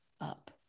up